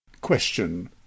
Question